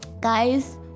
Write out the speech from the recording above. guys